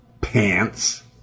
pants